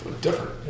Different